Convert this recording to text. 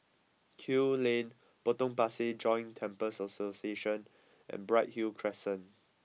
Kew Lane Potong Pasir Joint Temples Association and Bright Hill Crescent